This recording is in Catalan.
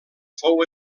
fou